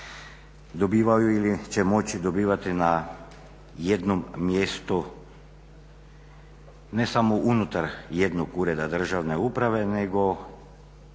dobivaju ili će moći dobivati na jednom mjestu ne samo unutar jednog ureda državne uprave nego